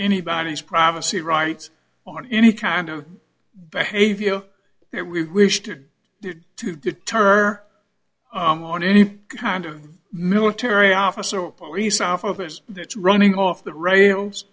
anybody's privacy rights or any kind of behavior that we wish to do to deter our own any kind of military officer or police officers that's running off the rails